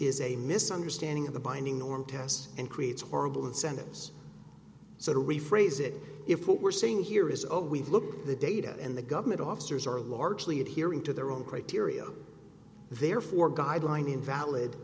is a misunderstanding of the binding norm test and creates horrible incentives so to rephrase it if what we're saying here is over we've looked at the data and the government officers are largely adhering to their own criteria therefore guideline invalid